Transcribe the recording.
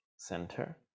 Center